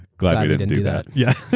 glad we didn't do that. yeah.